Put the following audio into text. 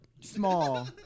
small